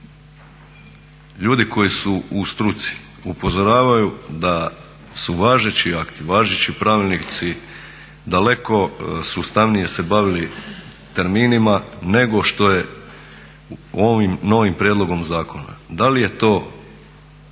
Ljudi koji su u struci upozoravaju da su važeći akti, važeći pravilnici daleko sustavnije se bavili terminima nego što je ovim novim prijedlogom zakona. Da li je to